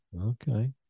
Okay